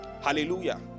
Hallelujah